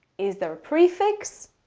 is there a prefix?